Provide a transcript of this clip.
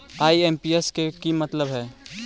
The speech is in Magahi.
आई.एम.पी.एस के कि मतलब है?